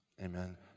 Amen